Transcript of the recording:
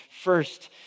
First